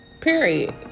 period